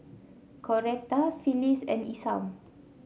Coretta Phillis and Isam